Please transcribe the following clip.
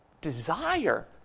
desire